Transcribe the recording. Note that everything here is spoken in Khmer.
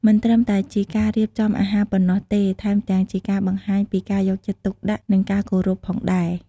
មិនត្រឹមតែជាការរៀបចំអាហារប៉ុណ្ណោះទេ ថែមទាំងជាការបង្ហាញពីការយកចិត្តទុកដាក់ និងការគោរពផងដែរ។